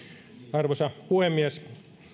arvoisa puhemies